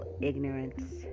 ignorance